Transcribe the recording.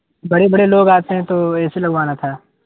بڑے بڑے لوگ آتے ہیں تو اے سی سی لگوانا تھا